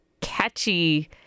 catchy